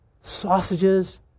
sausages